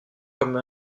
comme